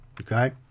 okay